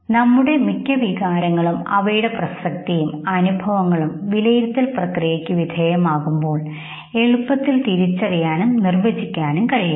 നമ്മുടെ മിക്ക വികാരങ്ങളും അവയുടെ പ്രസക്തിയും അനുഭവങ്ങളും വിലയിരുത്തൽ പ്രക്രിയയ്ക്ക് വിധേയമാകുമ്പോൾ എളുപ്പത്തിൽ തിരിച്ചറിയാനും നിർവചിക്കാനും കഴിയുന്നു